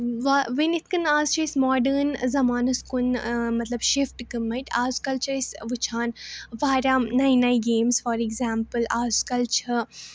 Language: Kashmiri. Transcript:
وا وۄنۍ یِتھٕ کٔنۍ اَز چھِ أسۍ ماڈٲرن زَمانَس کُن مطلب شِفٹ گٲمٕتۍ اَزکَل چھِ أسۍ وُچھان واریاہ نَیہِ نَیہِ گیمٕز فار ایٚگزامپُل اَز کَل چھِ